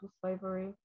slavery